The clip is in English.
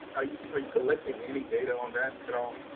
are you you collecting any data on that at all?